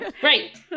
great